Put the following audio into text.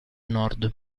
nord